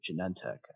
Genentech